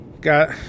got